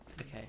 okay